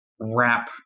wrap